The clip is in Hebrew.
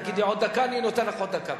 תגידי עוד דקה, אני נותן לך עוד דקה.